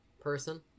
person